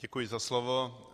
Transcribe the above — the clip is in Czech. Děkuji za slovo.